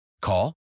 Call